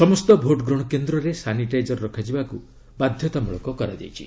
ସମସ୍ତ ଭୋଟ ଗ୍ରହଣ କେନ୍ଦ୍ରରେ ସାନିଟାଇଜର ରଖାଯିବାକୁ ବାଧ୍ୟତାମୂଳକ କରାଯାଇଛି